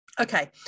Okay